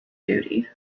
duty